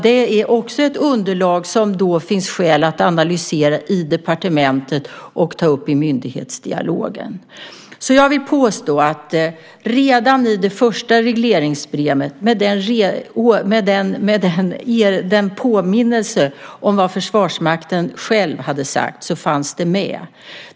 Det är också ett underlag som det finns skäl att analysera i departementet och att ta upp i myndighetsdialogen. Jag vill alltså påstå att redan i första regleringsbrevet med den påminnelse om vad Försvarsmakten själv sagt fanns detta med.